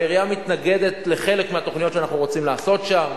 והעירייה מתנגדת לחלק מהתוכניות שאנחנו רוצים לעשות שם.